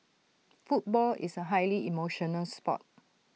football is A highly emotional Sport